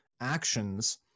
actions